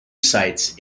sites